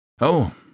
Oh